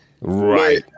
Right